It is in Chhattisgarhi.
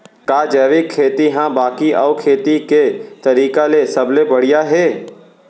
का जैविक खेती हा बाकी अऊ खेती के तरीका ले सबले बढ़िया हे?